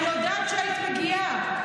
אני יודעת שהיית מגיעה,